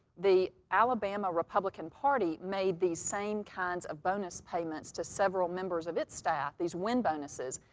the alabama republican party made these same kinds of bonus payments to several members of its staff, these win bonuses,